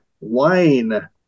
wine